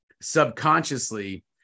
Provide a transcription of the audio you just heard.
subconsciously